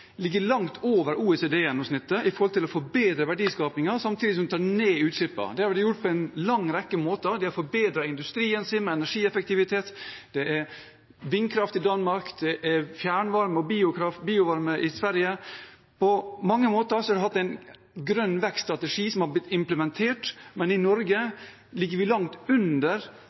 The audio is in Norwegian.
ligger langt over OECD-gjennomsnittet for å forbedre verdiskapingen samtidig som de tar ned utslippene. Det har de gjort på en lang rekke måter. De har forbedret industrien sin med energieffektivitet – vindkraft i Danmark, fjernvarme, biokraft og biovarme i Sverige. På mange måter har de hatt en grønn vekst-strategi som har blitt implementert. I Norge ligger vi langt under